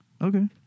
Okay